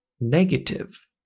negative